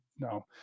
no